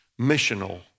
missional